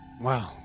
Wow